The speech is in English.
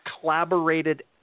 collaborated